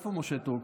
איפה משה טור פז,